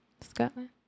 Scotland